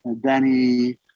Danny